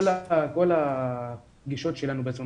כל הפגישות שלנו בזום.